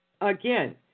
Again